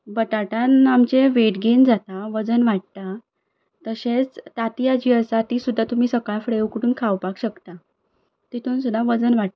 बटाटान आमचे weight gain जाता वजन वाडटा तशेंच तांतयां जीं आसा तीं सुद्दां तुमी सकाळ फुडें उकडून खावपाक शकता तितून सुद्दां वजन वाडटा